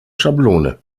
schablone